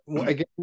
again